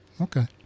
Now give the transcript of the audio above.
Okay